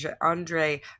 Andre